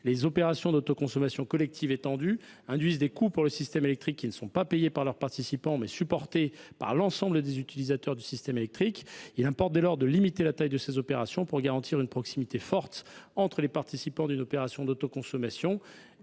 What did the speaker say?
Les opérations d’autoconsommation collective étendue induisent des coûts pour le système électrique, qui sont supportés non pas par leurs participants, mais par l’ensemble des utilisateurs du système électrique. Il importe dès lors de limiter la taille de ces opérations, pour garantir une proximité forte entre les différents participants d’une opération d’autoconsommation,